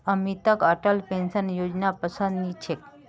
अमितक अटल पेंशन योजनापसंद नी छेक